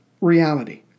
reality